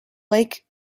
lake